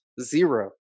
Zero